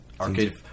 Arcade